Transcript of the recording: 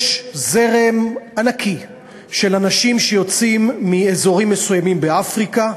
יש זרם ענקי של אנשים שיוצאים מאזורים מסוימים באפריקה.